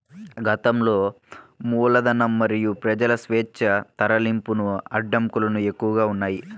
గతంలో మూలధనం మరియు ప్రజల స్వేచ్ఛా తరలింపునకు అడ్డంకులు ఎక్కువగా ఉన్నాయి